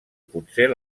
potser